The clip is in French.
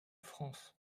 france